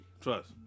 Trust